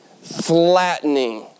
flattening